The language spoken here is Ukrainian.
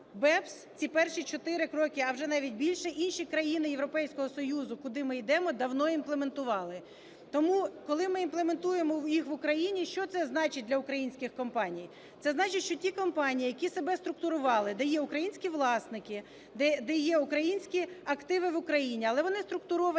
BEPS, це перші 4 кроки, а вже навіть більше, інші країни Європейського Союзу, куди ми йдемо, давно імплементували, тому, коли ми імплементуємо їх в Україні, що це значить для українських компаній? Це значить, що ті компанії, які себе структурували, де є українські власники, де є українські активи в Україні, але вони структуровані